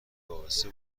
وابسته